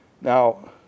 Now